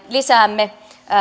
lisäämme